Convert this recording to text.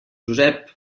josep